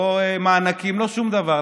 לא מענקים, לא שום דבר.